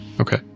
Okay